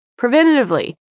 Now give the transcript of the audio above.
preventatively